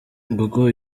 google